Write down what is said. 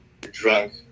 drunk